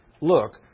Look